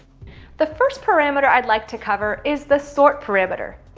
the first parameter i'd like to cover is the sort parameter.